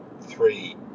three